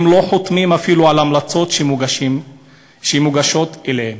הם לא חותמים אפילו על המלצות שמוגשות אליהם.